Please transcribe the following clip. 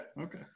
Okay